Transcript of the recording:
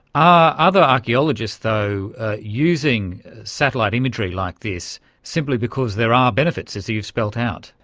are other archaeologists though using satellite imagery like this simply because there are benefits, as you've spelled out?